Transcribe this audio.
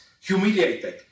humiliated